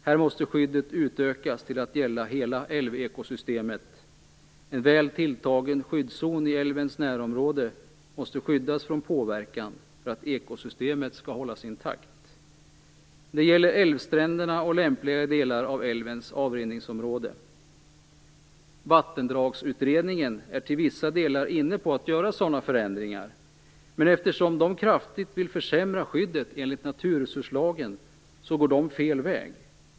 Här måste skyddet utökas till att gälla hela älvekosystemet. En väl tilltagen skyddszon i älvens närområde måste skyddas från påverkan för att ekosystemet skall hållas intakt när det gäller älvstränderna och lämpliga delar av älvens avrinningsområde. Vattendragsutredningen är till vissa delar inne på att göra sådana förändringar, men eftersom den kraftigt vill försämra skyddet enligt naturresurslagen går den fel väg.